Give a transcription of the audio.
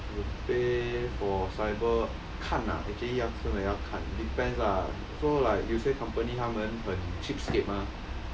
the pay for cyber 看啊 actually 真的要看 depends lah so like 有些 company 他们很 cheapskate mah